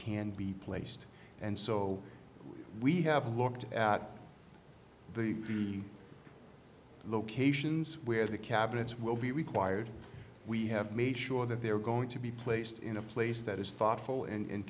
can be placed and so we have looked at the locations where the cabinets will be required we have made sure that they're going to be placed in a place that is thoughtful and